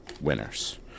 winners